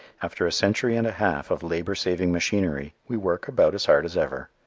after a century and a half of labor-saving machinery, we work about as hard as ever.